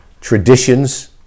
traditions